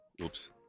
Oops